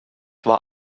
war